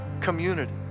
community